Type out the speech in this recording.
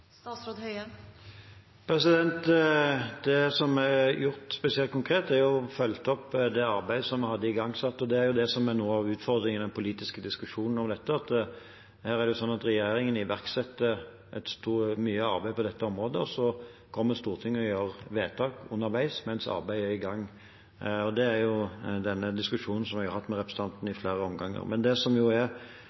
Det som er gjort spesielt konkret, er å følge opp det arbeidet som vi hadde igangsatt. Noe av utfordringen i den politiske diskusjonen om dette er at regjeringen iverksetter mye arbeid på dette området, og så kommer Stortinget og gjør vedtak underveis, mens arbeidet er i gang. Det er jo denne diskusjonen jeg har hatt med representanten i flere omganger.